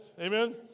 Amen